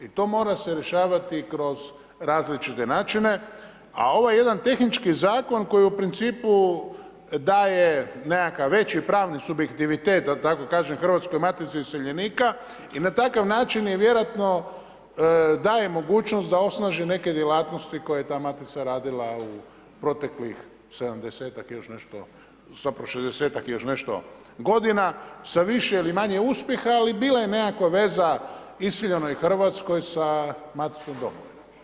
I to mora se rješavati kroz različite načine, a ovaj jedan tehnički zakon koji u principu daje nekakav veći pravni subjektivitet, da tako kažem Hrvatskom matici iseljenika i na takav način je vjerojatno daje mogućnost da osnaži neke djelatnosti koje je ta Matica radila u proteklih 70-ak i još nešto, zapravo 60-ak i još nešto godina sa više ili manje uspjeha, ali bila je nekakva veza iseljenoj Hrvatskoj sa matičnom domovinom.